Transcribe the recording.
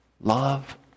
love